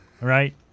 right